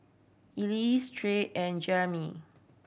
Ellis Tyrek and Jeremey